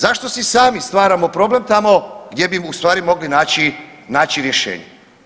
Zašto si sami stvaramo problem tamo gdje bi u stvari mogli naći, naći rješenje?